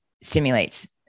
stimulates